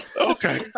Okay